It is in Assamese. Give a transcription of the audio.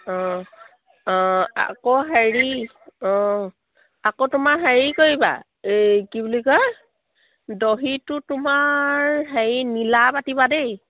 অঁ আকৌ হেৰি অঁ আকৌ তোমাৰ হেৰি কৰিবা এই কি বুলি কয় দহিটো তোমাৰ হেৰি নীলা পাতিবা দেই